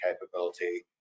capability